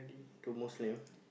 to Muslim